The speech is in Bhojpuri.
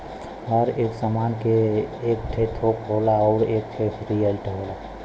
हर एक सामान के एक ठे थोक होला अउर एक ठे रीटेल